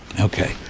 Okay